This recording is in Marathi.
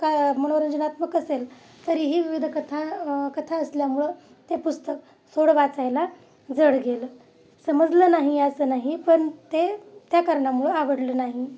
का मनोरंजनात्मक असेल तरी ही विविध कथा कथा असल्यामुळं ते पुस्तक थोडं वाचायला जड गेलं समजलं नाही असं नाही पण ते त्या कारणामुळं आवडलं नाही